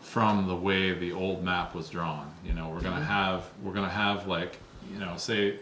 from the way the old map was drawn you know we're going to have we're going to have like you know say